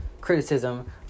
criticism